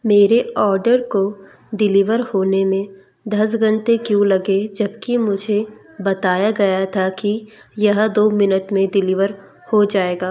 मेरे ऑर्डर को डिलीवर होने में दस घंटे क्यों लगे जबकि मुझे बताया गया था कि यह दो मिनट में डिलीवर हो जाएगा